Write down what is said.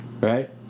right